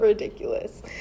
Ridiculous